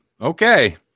Okay